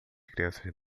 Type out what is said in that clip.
crianças